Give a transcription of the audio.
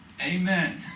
Amen